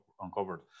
uncovered